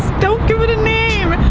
don't give it a name.